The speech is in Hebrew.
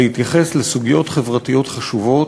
להתייחס לסוגיות חברתיות חשובות,